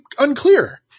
unclear